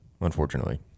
unfortunately